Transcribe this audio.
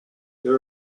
there